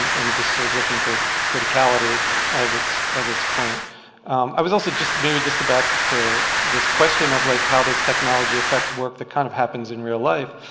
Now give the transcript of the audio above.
and just sort of looking for criticality as its as its point i was also just maybe just back to this question of like how does technology affect work that kind of happens in real life